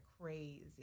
crazy